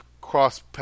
cross